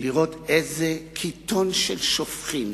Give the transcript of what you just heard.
לראות איזה קיתון של שופכין